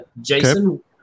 Jason